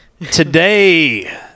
Today